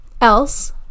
Else